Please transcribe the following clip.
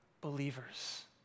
believers